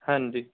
ਹਾਂਜੀ